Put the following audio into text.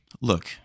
look